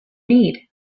need